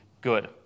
good